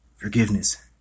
Forgiveness